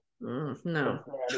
No